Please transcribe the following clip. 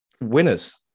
winners